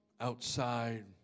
outside